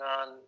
on